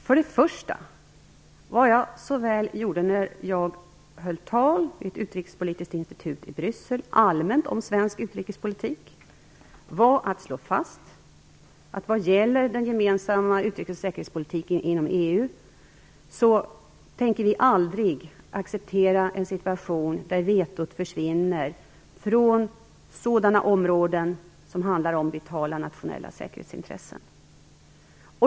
Först och främst: Det jag gjorde såväl när jag höll tal vid ett utrikespolitiskt institut i Bryssel som när jag talade allmänt om svensk utrikespolitik var att slå fast, att vad gäller den gemensamma utrikes och säkerhetspolitiken inom EU tänker vi aldrig acceptera en situation där vetot försvinner från sådana områden som handlar om vitala nationella säkerhetsintressen.